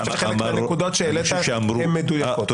חלק מהנקודות שהעלית הן מדויקות.